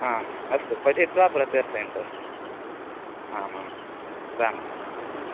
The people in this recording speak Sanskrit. आम् अस्तु पठित्वा प्रत्यर्पयन्तु अस्तु आमां राम् राम् अस्तु